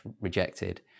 rejected